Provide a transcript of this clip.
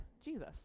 Jesus